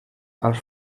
als